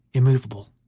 immovable,